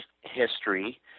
history